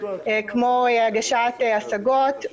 כמו הגשת הסגות,